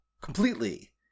completely